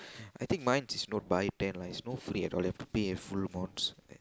I think mine it's not buy ten lah it's no free at all you have to pay the full amounts